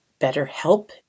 BetterHelp